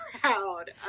proud